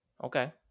okay